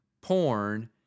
porn